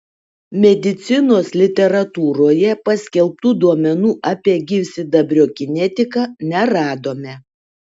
medicinos literatūroje paskelbtų duomenų apie gyvsidabrio kinetiką neradome